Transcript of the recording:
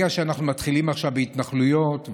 אנחנו מתחילים בהתנחלויות,